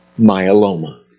myeloma